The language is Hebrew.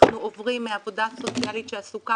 אנחנו עוברים מעבודה סוציאלית שעסוקה